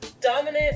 dominant